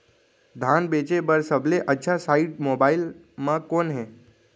धान बेचे बर सबले अच्छा साइट मोबाइल म कोन हे?